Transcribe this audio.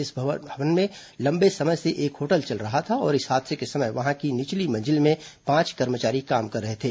इस भवन में लंबे समय से एक होटल चल रहा था और हादसे के समय वहां की निचली मंजिल में पांच कर्मचारी काम कर रहे थे